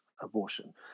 abortion